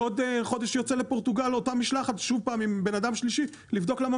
בעוד חודש יוצא לפורטוגל אותה משלחת שוב פעם עם בן אדם שלישי לבדוק למה